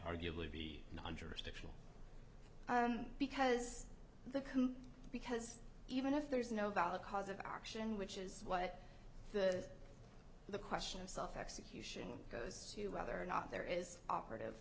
arguably be understood because the coup because even if there is no valid cause of action which is what the question of self execution goes to whether or not there is operative